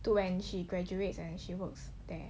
when she graduates and she works there